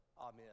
Amen